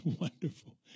Wonderful